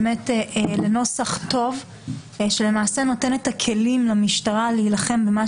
לנוסח טוב שנותן את הכלים למשטרה להילחם במה